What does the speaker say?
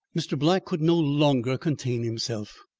mr. black could no longer contain himself.